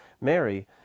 Mary